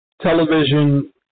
television